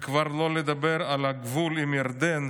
וכבר לא לדבר על הגבול עם ירדן,